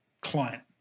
client